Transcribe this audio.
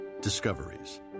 Discoveries